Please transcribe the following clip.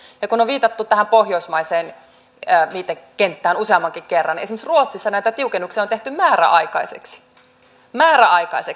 kun on viitattu tähän pohjoismaiseen viitekenttään useammankin kerran esimerkiksi ruotsissa näitä tiukennuksia on tehty määräaikaisiksi määräaikaisiksi